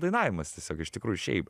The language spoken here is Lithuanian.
dainavimas tiesiog iš tikrųjų šiaip